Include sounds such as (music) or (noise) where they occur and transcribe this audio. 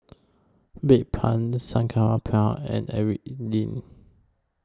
Bedpans Sangobion and (unintelligible)